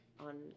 on